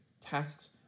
tasks